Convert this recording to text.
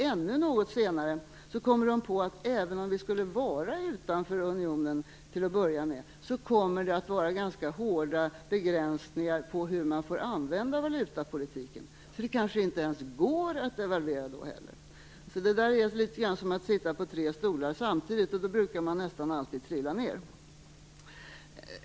Ännu något senare kommer man på att även om vi till att börja med skulle vara utanför unionen, kommer det att vara ganska hårda begränsningar på hur man får använda valutapolitiken - så det kanske inte ens då går att devalvera. Det där är alltså litet grand som att sitta på tre stolar samtidigt. Då brukar man nästan alltid trilla ned.